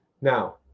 Now